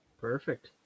Perfect